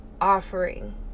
offering